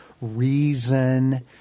reason